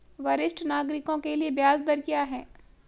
वरिष्ठ नागरिकों के लिए ब्याज दर क्या हैं?